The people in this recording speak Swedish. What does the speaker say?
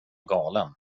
galen